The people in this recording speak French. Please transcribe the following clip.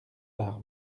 par